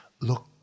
look